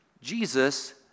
Jesus